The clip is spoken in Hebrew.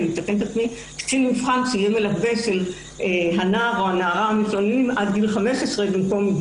קצין מבחן שיהיה מלווה של הנערים או הנערות המתלוננים עד גיל 15 ולא עד